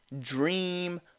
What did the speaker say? dream